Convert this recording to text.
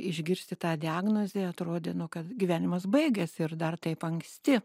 išgirsti tą diagnozė atrodė nu kad gyvenimas baigėsi ir dar taip anksti